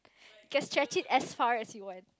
you can stretch it as far as you want